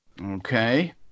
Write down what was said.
Okay